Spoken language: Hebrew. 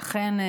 אכן,